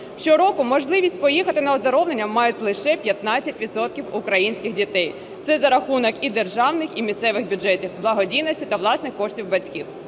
Щороку можливість поїхати на оздоровлення мають лише 15 відсотків українських дітей, це за рахунок і державних, і місцевих бюджетів, благодійності та власних коштів батьків.